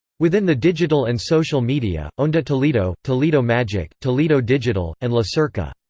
within the digital and social media, onda toledo, toledo magic, toledo digital, and la cerca.